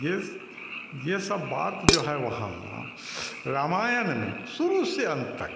ये ये सब बात जो है वहां रामायण में शुरू से अंत तक